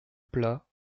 plat